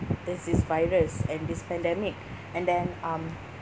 there's this virus and this pandemic and then um